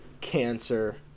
cancer